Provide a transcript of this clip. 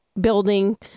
building